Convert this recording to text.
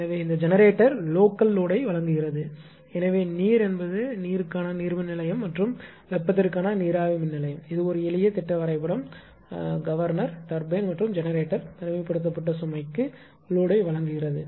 எனவே இந்த generator local லோடை வழங்குகிறது எனவே நீர் என்பது நீருக்கான நீர்மின் நிலையம் மற்றும் வெப்பத்திற்கான நீராவி மின்நிலையம் இது ஒரு எளிய திட்ட வரைபடம் கவர்னர் டர்பைன் மற்றும் ஜெனரேட்டர் தனிமைப்படுத்தப்பட்ட சுமைக்கு லோடை வழங்குகிறது